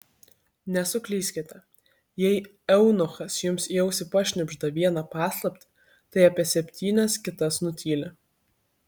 nesuklyskite jei eunuchas jums į ausį pašnibžda vieną paslaptį tai apie septynias kitas nutyli